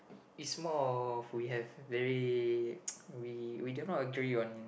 is more of we have very we we do not agree on